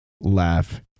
laugh